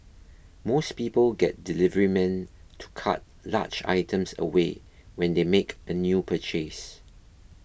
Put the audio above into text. most people get deliverymen to cart large items away when they make a new purchase